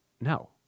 no